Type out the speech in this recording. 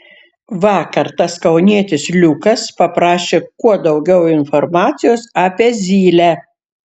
vakar tas kaunietis liukas paprašė kuo daugiau informacijos apie zylę